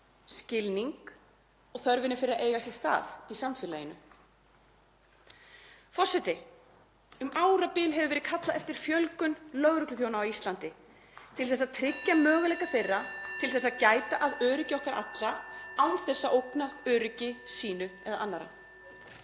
skilning, þörfinni fyrir að eiga sér stað í samfélaginu. Forseti. Um árabil hefur verið kallað eftir fjölgun lögregluþjóna á Íslandi til þess að tryggja möguleika þeirra til þess að gæta að öryggi okkar allra án þess að ógna öryggi sínu eða annarra.